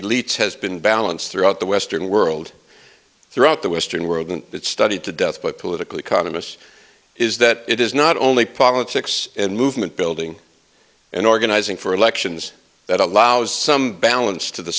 leitz has been balanced throughout the western world throughout the western world and it's studied to death by political economists is that it is not only politics and movement building and organizing for elections that allows some balance to the